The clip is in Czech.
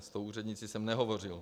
S tou úřednicí jsem nehovořil.